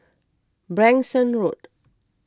Branksome Road